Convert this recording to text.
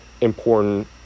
important